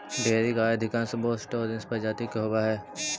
dairy गाय अधिकांश Bos taurus प्रजाति के होवऽ हइ